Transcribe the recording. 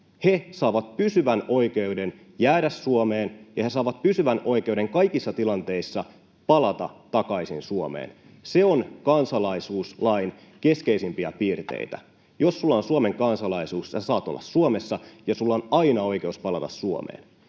saavat pysyvän oikeuden jäädä Suomeen ja saavat pysyvän oikeuden kaikissa tilanteissa palata takaisin Suomeen. Se on kansalaisuuslain keskeisimpiä piirteitä. Jos sinulla on Suomen kansalaisuus, sinä saat olla Suomessa ja sinulla on aina oikeus palata Suomeen.